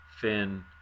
Finn